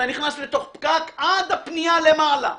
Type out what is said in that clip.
אתה נכנס לתוך פקק עד הפנייה למעלה.